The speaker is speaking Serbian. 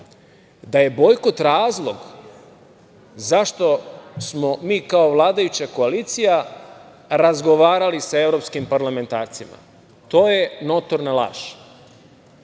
da je bojkot razlog zašto smo mi kao vladajuća koalicija razgovarali sa evropskim parlamentarcima. To je notorna